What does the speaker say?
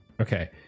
Okay